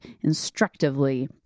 instructively